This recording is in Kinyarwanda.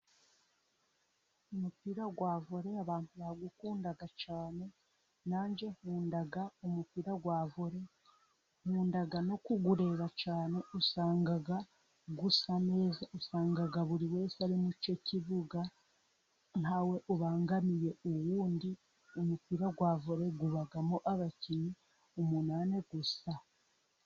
Umupira wa vore abantu bawukunda cyane, nange nkunda umupira wa vore, nkunda no kuwureba cyane, usanga usa neza, usanga buri wese ari mucye kibuga, ntawe ubangamiye undi, umupira wa vore ubamo abakinnyi umunani gusa.